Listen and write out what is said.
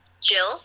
Jill